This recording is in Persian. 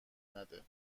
نده